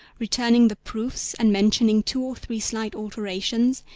returning the proofs and mentioning two or three slight alterations,